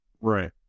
Right